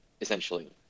essentially